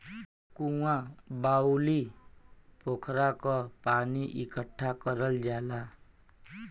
कुँआ, बाउली, पोखरा क पानी इकट्ठा करल जाला